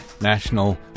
National